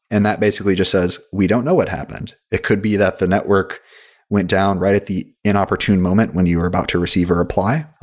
and that basically just says, we don't know what happened. it could be that the network went down right at the inopportune moment when you are about to receive a reply,